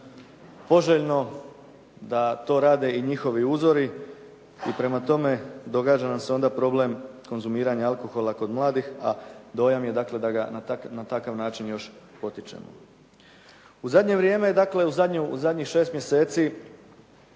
poželjno, da to rade i njihovi uzori. I prema tome događa nam se onda problem konzumiranja alkohola kod mladih a dojam je dakle, da ga na takav način još potičemo. U zadnje vrijeme, dakle, u zadnjih 6 mjeseci